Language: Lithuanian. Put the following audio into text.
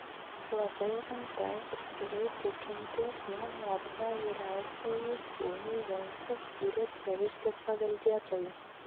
labai rimta ir giliai tikinti jo motina vyriausiąjį sūnų vincą skyrė tėviškės paveldėtoju